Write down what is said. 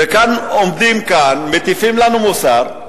ועומדים כאן ומטיפים לנו מוסר,